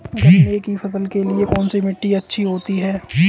गन्ने की फसल के लिए कौनसी मिट्टी अच्छी होती है?